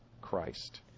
Christ